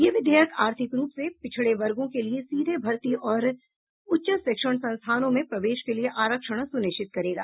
यह विधेयक आर्थिक रूप से पिछड़े वर्गो के लिए सीधे भर्ती और उच्च शिक्षण संस्थानों में प्रवेश के लिए आरक्षण सुनिश्चित करेगा